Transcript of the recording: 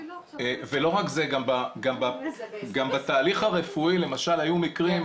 גם בתהליך הרפואי למשל היו מקרים,